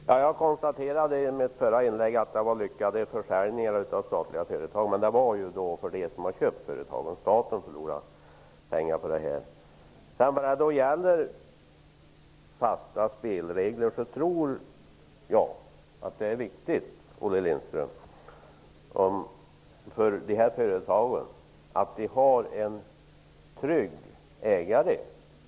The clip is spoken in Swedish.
Herr talman! Jag konstaterade i mitt förra inlägg att utförsäljningarna av statliga företag hade varit lyckade. Men det gällde de som har köpt företagen. Det är staten som har förlorat pengar. När det gäller fasta spelregler tror jag att det är viktigt för dessa företag att de har en trygg ägare.